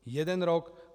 Jeden rok.